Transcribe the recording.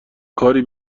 کاری